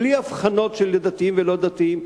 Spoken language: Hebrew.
בלי הבחנות של דתיים ולא-דתיים,